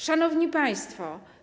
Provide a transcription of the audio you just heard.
Szanowni Państwo!